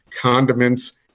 condiments